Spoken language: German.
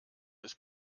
ist